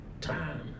time